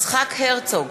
יצחק הרצוג,